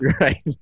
Right